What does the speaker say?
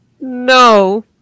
No